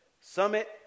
Summit